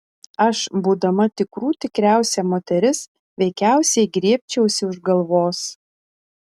aš būdama tikrų tikriausia moteris veikiausiai griebčiausi už galvos